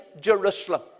Jerusalem